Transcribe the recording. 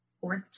Fourth